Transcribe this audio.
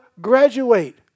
graduate